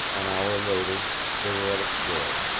an hour later they were at its door.